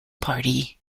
party